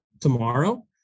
tomorrow